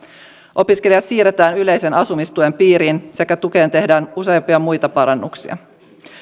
opiskelijat siirretään yleisen asumistuen piiriin sekä tukeen tehdään useampia muita parannuksia